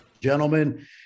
Gentlemen